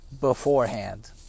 beforehand